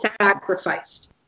sacrificed